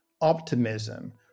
optimism